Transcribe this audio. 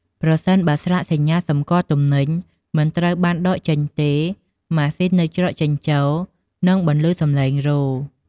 ប្រសិនបើស្លាកសញ្ញាសំគាល់ទំនិញមិនត្រូវបានដកចេញទេ ម៉ាស៊ីននៅច្រកចេញចូលនឹងបន្លឺសម្លេងរោទិ៍។